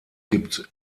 gibt